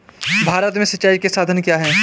भारत में सिंचाई के साधन क्या है?